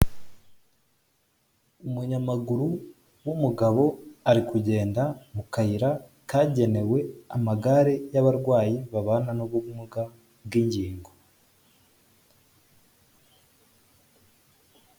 Umunyamaguru w'umugabo ari kugenda mu kayira kagenewe amagare y'abarwayi babana n'ubumuga bw'ingingo.